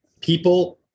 people